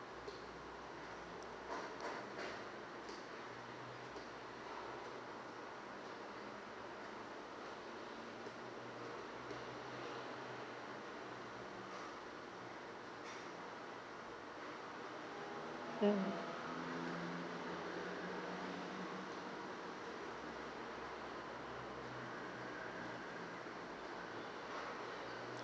mm